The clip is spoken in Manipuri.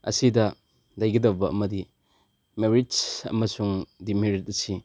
ꯑꯁꯤꯗ ꯂꯩꯒꯗꯕ ꯑꯃꯗꯤ ꯃꯦꯔꯤꯠꯁ ꯑꯃꯁꯨꯡ ꯗꯤꯃꯦꯔꯤꯠꯁ ꯑꯁꯤ